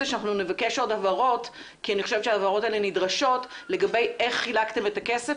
אנחנו נבקש עוד הבהרות לגבי הצורה בה חילקתם את הכסף,